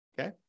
Okay